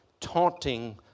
taunting